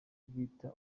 bita